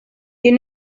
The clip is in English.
you